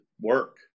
work